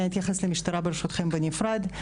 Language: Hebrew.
אני אתייחס למשטרה ברשותכם בנפרד.